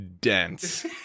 dense